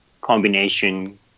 combination